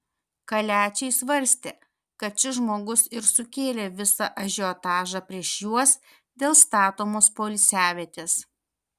kaliačiai svarstė kad šis žmogus ir sukėlė visą ažiotažą prieš juos dėl statomos poilsiavietės